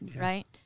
Right